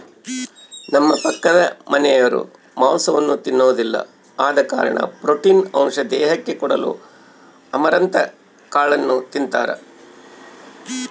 ನಮ್ಮ ಪಕ್ಕದಮನೆರು ಮಾಂಸವನ್ನ ತಿನ್ನೊದಿಲ್ಲ ಆದ ಕಾರಣ ಪ್ರೋಟೀನ್ ಅಂಶ ದೇಹಕ್ಕೆ ಕೊಡಲು ಅಮರಂತ್ ಕಾಳನ್ನು ತಿಂತಾರ